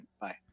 Bye